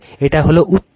এটি হলো উত্তর